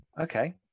okay